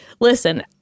listen